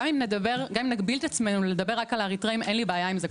גם אם נגביל את עצמנו לדבר רק על אריתראים אין לי בעיה עם זה,